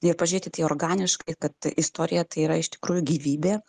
ir pažiūrėt į tai organiškai kad istorija tai yra iš tikrųjų gyvybė